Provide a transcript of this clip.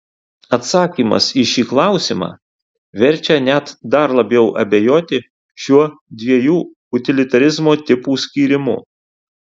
atsakymas į šį klausimą verčia net dar labiau abejoti šiuo dviejų utilitarizmo tipų skyrimu